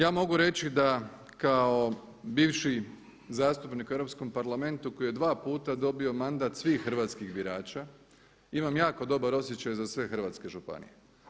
Ja mogu reći da kao bivši zastupnik u Europskom parlamentu koji je dva puta dobio mandat svih hrvatskih birača imam jako dobar osjećaj za sve hrvatske županije.